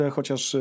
Chociaż